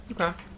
Okay